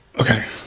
Okay